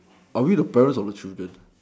are we the parents of the children